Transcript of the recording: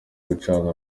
gucana